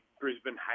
Brisbane